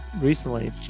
recently